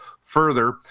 further